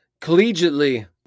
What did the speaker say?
Collegiately